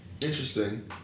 Interesting